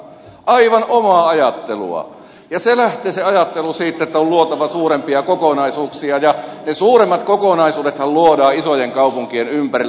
aivan omaa ajattelua ja se lähtee se ajattelu siitä että on luotava suurempia kokonaisuuksia ja ne suuremmat kokonaisuudethan luodaan isojen kaupunkien ympärille